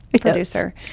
producer